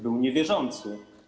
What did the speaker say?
był niewierzący.